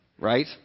Right